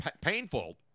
painful